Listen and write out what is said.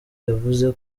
yavuze